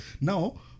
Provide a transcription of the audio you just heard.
now